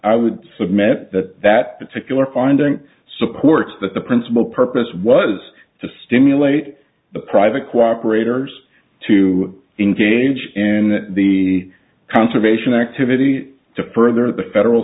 i would submit that that particular finding supports that the principal purpose was to stimulate the private cooperators to engage in the conservation activity to further the federal